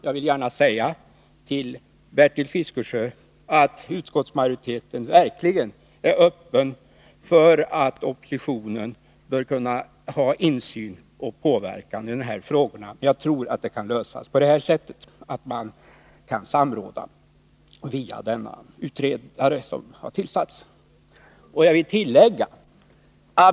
Jag vill gärna säga till Bertil Fiskesjö att utskottsmajoriteten verkligen är öppen för att oppositionen skall ha insyn och kunna påverka i dessa frågor. Jag tror att det kan lösas på detta sätt — att man kan samråda via denna utredare som har tillsatts.